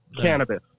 Cannabis